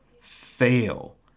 fail